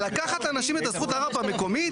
לקחת לאנשים את הזכות לערר במקומית?